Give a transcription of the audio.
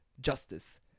justice